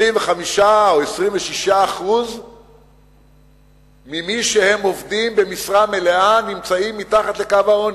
25% או 26% ממי שהם עובדים במשרה מלאה נמצאים מתחת לקו העוני.